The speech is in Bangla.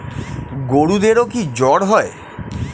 গরুদেরও কি জ্বর হয়?